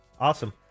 Awesome